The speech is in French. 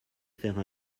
faire